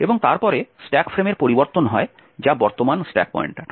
এবং তারপরে স্ট্যাক ফ্রেমের পরিবর্তন হয় যা বর্তমান স্ট্যাক পয়েন্টার